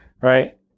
right